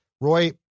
Roy